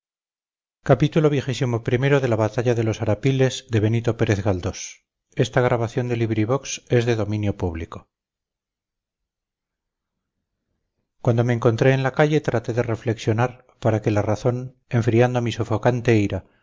mí cuando me encontré en la calle traté de reflexionar para que la razón enfriando mi sofocante ira